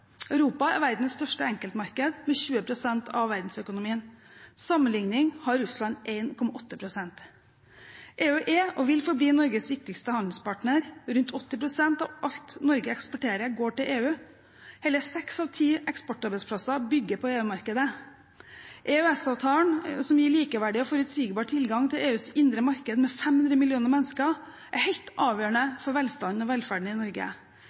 Europa er verdens største enkeltmarked, med 20 pst. av verdensøkonomien. Til sammenligning har Russland 1,8 pst. EU er og vil forbli Norges viktigste handelspartner. Rundt 80 pst. av alt Norge eksporterer, går til EU. Hele seks av ti eksportarbeidsplasser bygger på EU-markedet. EØS-avtalen, som gir likeverdig og forutsigbar tilgang til EUs indre marked med 500 millioner mennesker, er helt avgjørende for velstanden og velferden i Norge.